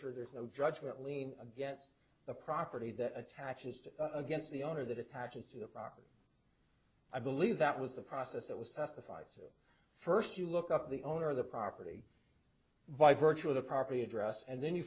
sure there's no judgment lien against the property that attaches to against the owner that attaches to the property i believe that was the process that was testified so first you look up the owner of the property by virtue of the property address and then you